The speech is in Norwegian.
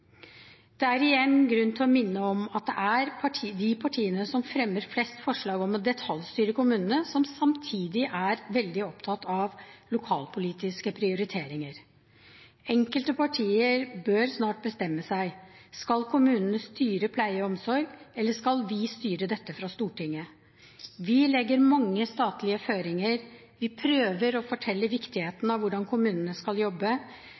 Det er igjen grunn til å minne om at det er de partiene som fremmer flest forslag om å detaljstyre kommunene, som samtidig er veldig opptatt av lokalpolitiske prioriteringer. Enkelte partier bør snart bestemme seg. Skal kommunene styre pleie og omsorg, eller skal vi styre dette fra Stortinget? Vi legger mange statlige føringer. Vi prøver å fortelle viktigheten av hvordan kommunene skal jobbe,